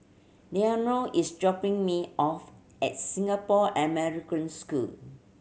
Lenore is dropping me off at Singapore American School